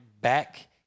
back